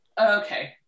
Okay